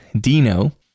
Dino